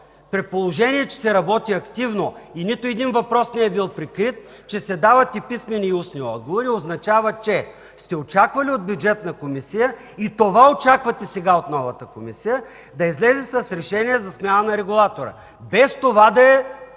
при положение че се работи активно и нито един въпрос не е бил прикрит, че се дават писмени и устни отговори, означава, че сте очаквали от Бюджетната комисия, очаквате това и сега от новата комисия – да излезе с решение за смяна на регулатора, без това да е